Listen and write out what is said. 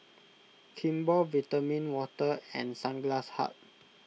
Kimball Vitamin Water and Sunglass Hut